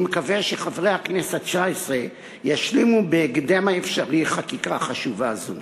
אני מקווה שחברי הכנסת התשע-עשרה ישלימו בהקדם האפשרי חקיקה חשובה זו.